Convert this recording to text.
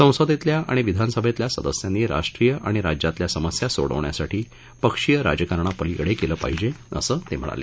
संसदेतल्या आणि विधानसभेतल्या संदस्यांनी राष्ट्रीय आणि राज्यातील समस्या सोडवण्यासाठी पक्षीय राजकारणापलीकडे गेलं पाहीजे असं ते म्हणाले